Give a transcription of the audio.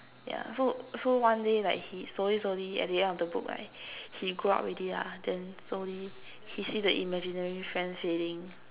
yeah so so one day like he slowly slowly at the end of the book right he grow up already lah then slowly he see the imaginary friend fading